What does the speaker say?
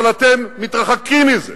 אבל אתם מתרחקים מזה.